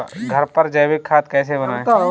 घर पर जैविक खाद कैसे बनाएँ?